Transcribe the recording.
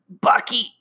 Bucky